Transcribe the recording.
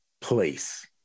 place